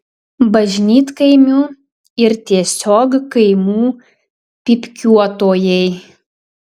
bažnytkaimių ir tiesiog kaimų pypkiuotojai